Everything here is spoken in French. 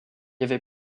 avait